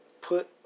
put